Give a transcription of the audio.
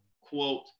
quote